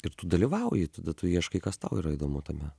ir tu dalyvauji tada tu ieškai kas tau yra įdomu tame